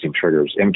triggers